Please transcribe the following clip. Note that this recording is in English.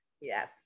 yes